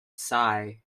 sigh